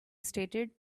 stated